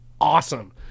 Awesome